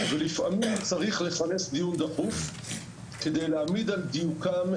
ולפעמים צריך לכנס דיון דחוף כדי להעמיד על דיוקם,